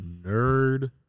Nerd